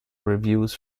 reviews